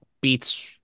beats